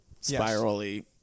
spirally